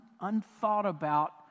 unthought-about